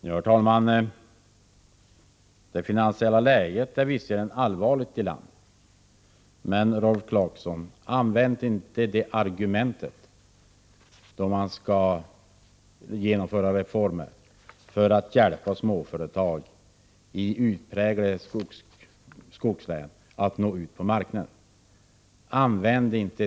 Herr talman! Det finansiella läget i landet är visserligen allvarligt. Men, Rolf Clarkson, använd inte det argumentet då det gäller att genomföra reformer för att hjälpa småföretagen i utpräglade skogslän att nå ut på marknaden.